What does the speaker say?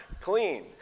clean